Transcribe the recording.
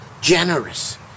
generous